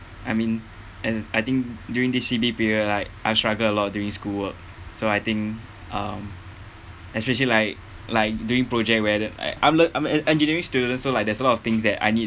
I mean and I think during this C_B period like I struggle a lot doing school work so I think um especially like like doing project where the I I'm an engineering student so like there's a lot of things that I need